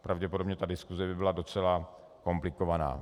Pravděpodobně ta diskuse by byla docela komplikovaná.